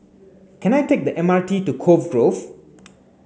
can I take the M R T to Cove Grove